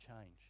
change